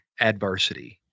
adversity